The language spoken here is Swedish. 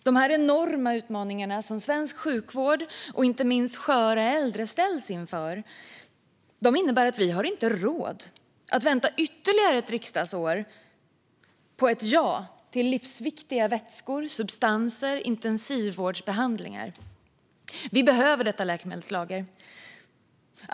De enorma utmaningar som svensk sjukvård och inte minst sköra äldre ställs inför innebär att vi inte har råd att vänta ytterligare ett riksdagsår på ett ja till livsviktiga vätskor, substanser och intensivvårdsbehandlingar. Vi behöver detta läkemedelslager.